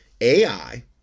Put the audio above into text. ai